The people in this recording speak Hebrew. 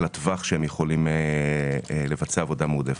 הטווח שהם יכולים לבצע עבודה מועדפת.